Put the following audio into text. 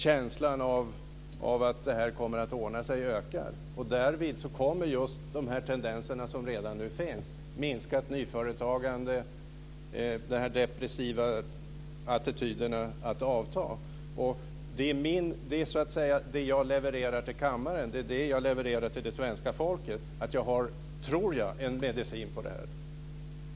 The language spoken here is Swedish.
Känslan av att det här kommer att ordna sig stärks. Därvid kommer just de här tendenserna, som redan nu finns, till minskat nyföretagande och de här depressiva attityderna att avta. Det som jag levererar till kammaren är det som jag levererar till det svenska folket, nämligen att jag tror att jag har en medicin mot det här.